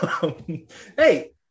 Hey